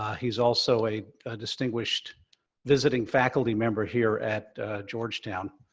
he's also a distinguished visiting faculty member here at georgetown.